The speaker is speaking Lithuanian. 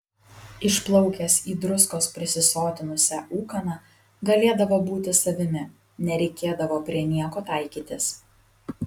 išplaukęs į druskos prisisotinusią ūkaną galėdavo būti savimi nereikėdavo prie nieko taikytis